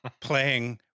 playing